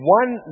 one